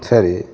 சரி